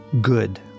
Good